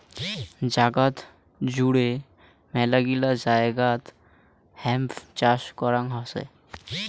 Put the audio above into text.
জাগাত জুড়ে মেলাগিলা জায়গাত হেম্প চাষ করং হসে